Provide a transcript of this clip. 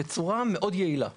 בצורה יעילה מאוד.